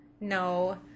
No